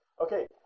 Okay